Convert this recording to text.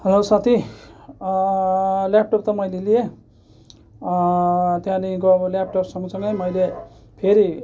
hello साथी laptop त मैले लिएँ त्यहाँदेखिन्को अब ल्यापटप सँगसँगै मैले फेरि